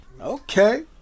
Okay